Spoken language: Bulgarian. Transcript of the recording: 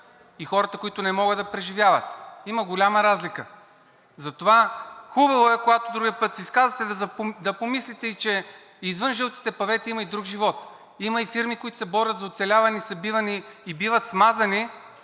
и хората, които не могат да преживяват. Има голяма разлика. Затова, хубаво е, когато другия път се изказвате, да помислите и че извън жълтите павета има и друг живот, има и фирми, които се борят за оцеляване и биват смазани